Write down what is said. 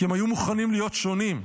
כי הם היו מוכנים להיות שונים.